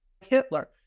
Hitler